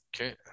Okay